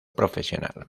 profesional